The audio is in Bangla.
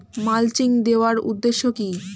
মালচিং দেওয়ার উদ্দেশ্য কি?